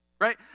right